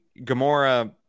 Gamora